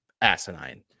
asinine